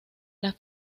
las